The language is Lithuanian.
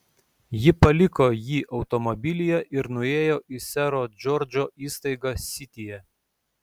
ji paliko jį automobilyje ir nuėjo į sero džordžo įstaigą sityje